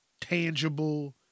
tangible